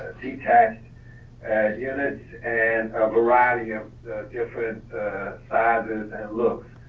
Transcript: detached and units and a variety of different sizes and looks.